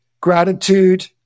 gratitude